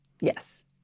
Yes